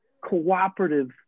cooperative